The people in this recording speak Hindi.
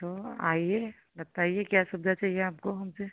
तो आईए बताईए क्या सुविधा चाहिए आपको हमसे